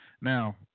now